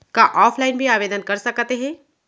का ऑफलाइन भी आवदेन कर सकत हे?